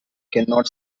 cannot